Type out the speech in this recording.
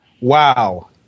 Wow